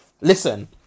Listen